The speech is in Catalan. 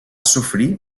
sofrir